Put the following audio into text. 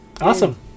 Awesome